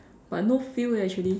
but no feel eh actually